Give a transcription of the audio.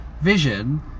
vision